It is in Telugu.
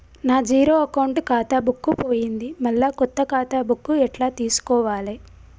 నా జీరో అకౌంట్ ఖాతా బుక్కు పోయింది మళ్ళా కొత్త ఖాతా బుక్కు ఎట్ల తీసుకోవాలే?